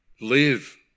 Live